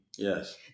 Yes